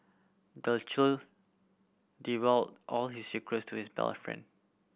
the child all his secrets to his best friend